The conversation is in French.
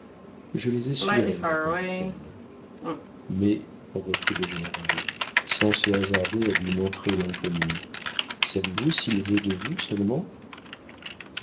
je les essuierai répondit-elle mais reprit le général sans se hasarder à lui montrer l'inconnu savez-vous s'il veut de vous seulement